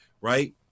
Right